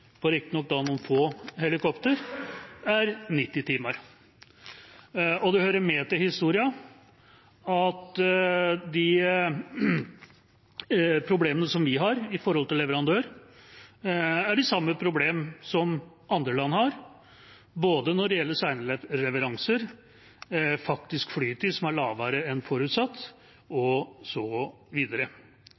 riktignok på noen få helikoptre – er 90 timer. Og det hører med til historien at de problemene som vi har med leverandør, er de samme problemer som andre land har når det gjelder både sene leveranser, faktisk flytid, som er lavere enn forutsatt,